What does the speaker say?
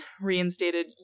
reinstated